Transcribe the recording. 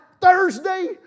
Thursday